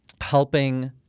helping